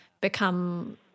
become